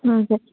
हजुर